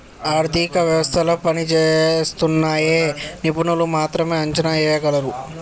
ఆర్థిక వ్యవస్థలు ఎలా పనిజేస్తున్నయ్యో నిపుణులు మాత్రమే అంచనా ఎయ్యగలరు